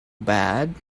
bad